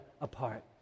apart